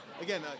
Again